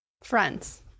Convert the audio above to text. Friends